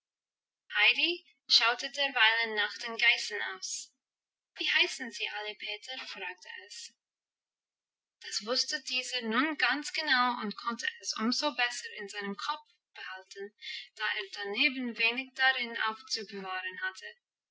heidi schaute derweilen nach den geißen aus wie heißen sie alle peter fragte es das wusste dieser nun ganz genau und konnte es umso besser in seinem kopf behalten da er daneben wenig darin aufzubewahren hatte